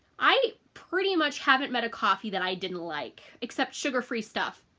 i pretty much haven't met a coffee that i didn't like except sugar free stuff